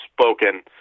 spoken –